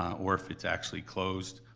or if it's actually closed,